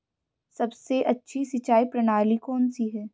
सबसे अच्छी सिंचाई प्रणाली कौन सी है?